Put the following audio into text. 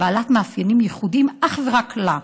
היא בעלת מאפיינים הייחודיים אך ורק לה,